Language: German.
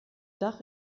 dach